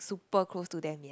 super close to them yet